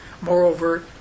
Moreover